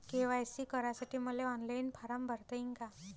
KYC करासाठी मले online form भरता येईन का?